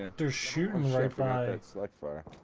to shoot and refine it like